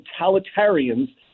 totalitarians